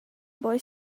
boy